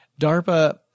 DARPA